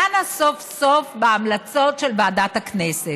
דנה סוף-סוף בהמלצות של הוועדה הציבורית.